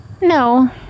No